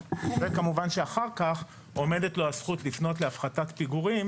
אחר כך עומדת להם הזכות לפנות להפחתת פיגורים,